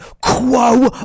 Quo